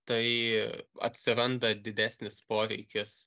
tai atsiranda didesnis poveikis